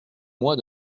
mois